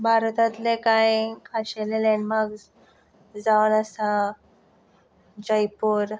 भारतांतले कांय खाशेले लॅंडमार्क्स जावन आसात जयपूर